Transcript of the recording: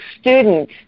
student